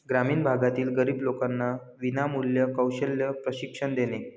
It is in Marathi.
ग्रामीण भागातील गरीब लोकांना विनामूल्य कौशल्य प्रशिक्षण देणे